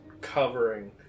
covering